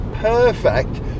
perfect